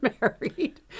married